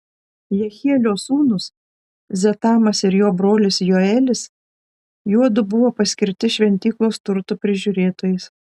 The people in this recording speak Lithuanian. jehielio sūnūs zetamas ir jo brolis joelis juodu buvo paskirti šventyklos turtų prižiūrėtojais